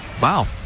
Wow